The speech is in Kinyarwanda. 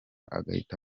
agahita